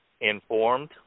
informed